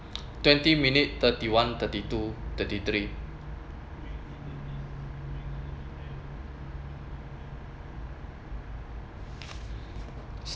twenty minute thirty-one thirty-two thirty-three